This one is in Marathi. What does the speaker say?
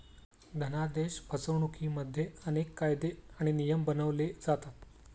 धनादेश फसवणुकिमध्ये अनेक कायदे आणि नियम बनवले जातात